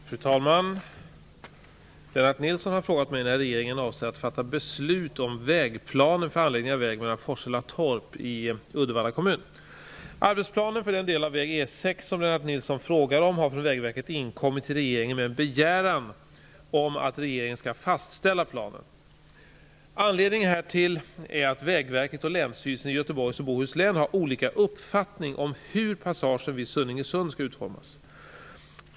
Fru talman! Lennart Nilsson har frågat mig när regeringen avser att fatta beslut om vägplanen för anläggning av väg Forshälla--Torp i Uddevalla kommun. Nilsson frågar om har från Vägverket inkommit till regeringen med en begäran om att regeringen skall fastställa planen. Anledningen härtill är att Bohus län har olika uppfattning om hur passagen vid Sunningesund skall utformas.